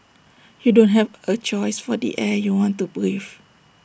you don't have A choice for the air you want to breathe